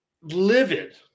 livid